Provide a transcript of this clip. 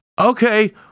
Okay